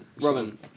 Robin